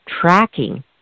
tracking